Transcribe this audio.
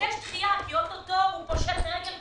וביקש דחייה, כי אוטוטו הוא פושט רגל כבר.